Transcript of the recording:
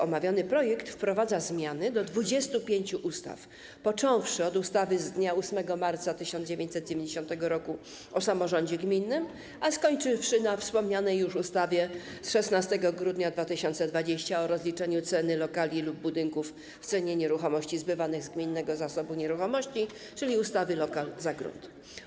Omawiany projekt wprowadza zmiany do 25 ustaw, począwszy od ustawy z dnia 8 marca 1990 r. o samorządzie gminnym, a skończywszy na wspomnianej już ustawie z 16 grudnia 2020 r. o rozliczaniu ceny lokali lub budynków w cenie nieruchomości zbywanych z gminnego zasobu nieruchomości, czyli ustawy lokal za grunt.